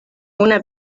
una